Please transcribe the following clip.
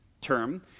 term